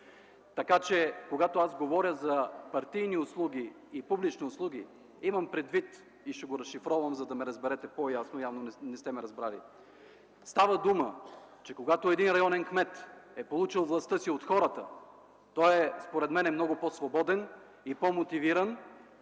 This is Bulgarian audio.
от тях. Когато аз говоря за партийни услуги и за публични услуги, имам предвид – ще го разшифровам, за да ме разберете по-ясно, защото явно не сте ме разбрали. Става дума, че когато един районен кмет е получил властта си от хората, той според мен е много по-свободен и по-мотивиран